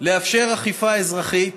לאפשר אכיפה אזרחית